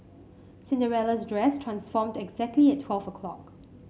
Cinderella's dress transformed exactly at twelve o' clock